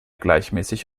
gleichmäßig